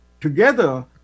together